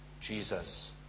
Jesus